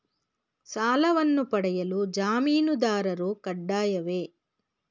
ಸಾಲವನ್ನು ಪಡೆಯಲು ಜಾಮೀನುದಾರರು ಕಡ್ಡಾಯವೇ?